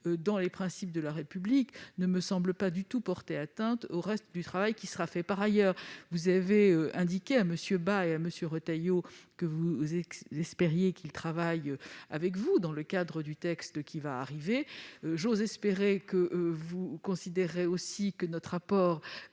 parmi les principes de la République ne me semble pas du tout porter atteinte au reste du travail qui sera conduit par ailleurs. Vous avez indiqué à MM. Bas et Retailleau que vous espériez qu'ils travailleraient avec vous au texte qui va arriver. J'ose espérer que vous considérez également que l'apport